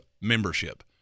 membership